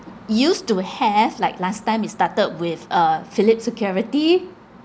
used to have like last time we started with uh philip security